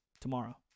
tomorrow